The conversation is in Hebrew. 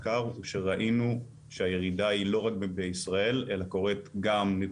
בישראל אלא קורית גם מבחינת פתיחת חברות חדשות בעולם,